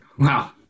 Wow